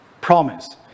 promise